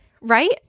right